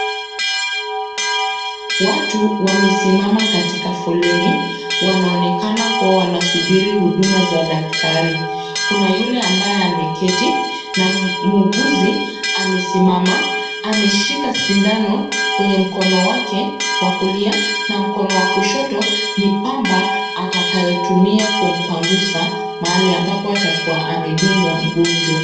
Watu wamesimama katika foleni, wanaonekana kuwa wanasubiri huduma za daktari. Kuna yule ambaye ameketi na muuguzi amesimama, ameshika sindano kwenye mkono wake wakulia na mkono wa kushoto ni pamba atakayotumia kumpangusa mahali ambapo atakuwa amedunga mgonjwa.